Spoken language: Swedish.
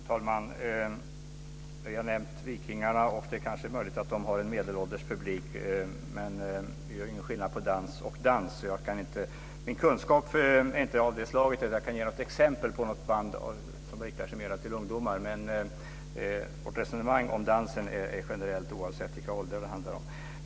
Fru talman! Vi har nämnt Vikingarna. Det är möjligt att de kanske har en medelålders publik, men vi gör ingen skillnad på dans och dans. Min kunskap är inte av det slaget att jag kan ge något exempel på ett band som riktar sig mer till ungdomar. Men vårt resonemang om dansen är generellt oavsett vilka åldrar det handlar om.